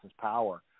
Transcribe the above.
power